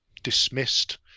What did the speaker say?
dismissed